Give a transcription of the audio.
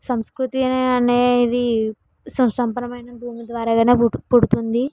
సంస్కృతి అనేది సుసంపన్నమైన భూమి ద్వారా ఏదైనా పుడు పుడుతుంది